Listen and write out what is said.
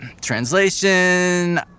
translation